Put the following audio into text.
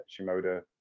Shimoda